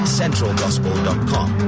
centralgospel.com